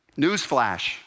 Newsflash